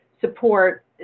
support